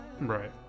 right